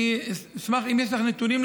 אם יש לך נתונים,